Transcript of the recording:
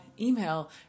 email